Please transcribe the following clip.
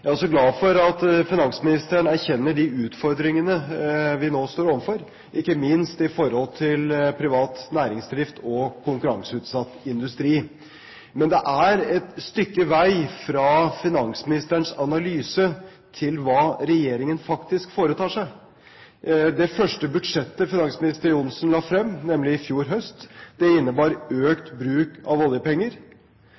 Jeg er glad for at finansministeren erkjenner de utfordringene vi nå står overfor, ikke minst når det gjelder privat næringsdrift og konkurranseutsatt industri. Men det er et stykke vei fra finansministerens analyse til hva regjeringen faktisk foretar seg. Det første budsjettet finansminister Johnsen la frem, i fjor høst, innebar